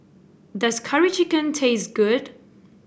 does Curry Chicken taste good